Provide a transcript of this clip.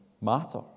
matter